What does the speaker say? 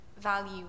value